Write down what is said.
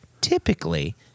typically